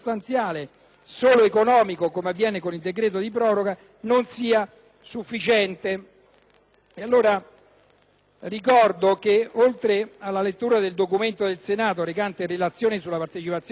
solo economico, come avviene con il decreto di proroga, non sia sufficiente. Ricordo che dalla lettura del documento del Senato recante «Relazione sulla partecipazione italiana